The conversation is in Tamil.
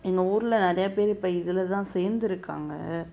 எங்கள் ஊரில் நிறையா பேர் இப்போ இதில் தான் சேர்ந்துருக்காங்க